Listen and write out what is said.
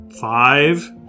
five